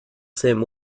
same